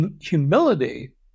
humility